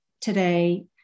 today